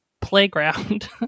playground